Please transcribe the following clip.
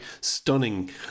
stunning